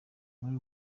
muri